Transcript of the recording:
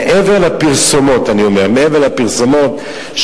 מעבר לפרסומות,